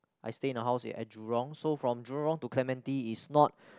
I stay in the house at Jurong so from Jurong to Clementi is not